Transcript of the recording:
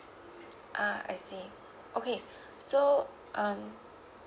ah I see okay so um